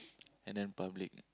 and then public